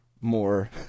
more